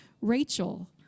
Rachel